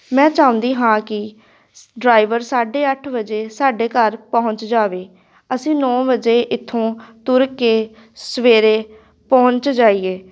ਮੈਂ ਚਾਹੁੰਦੀ ਹਾਂ ਕਿ ਡਰਾਈਵਰ ਸਾਢੇ ਅੱਠ ਵਜੇ ਸਾਡੇ ਘਰ ਪਹੁੰਚ ਜਾਵੇ ਅਸੀਂ ਨੌ ਵਜੇ ਇੱਥੋਂ ਤੁਰ ਕੇ ਸਵੇਰੇ ਪਹੁੰਚ ਜਾਈਏ